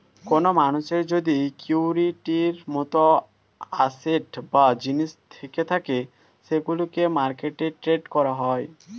কোন মানুষের যদি সিকিউরিটির মত অ্যাসেট বা জিনিস থেকে থাকে সেগুলোকে মার্কেটে ট্রেড করা হয়